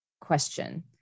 question